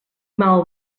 mal